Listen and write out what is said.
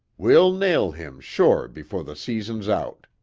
we'll nail him sure before the season's out.